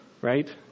Right